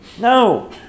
No